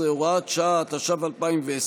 11, הוראת שעה), התש"ף 2020,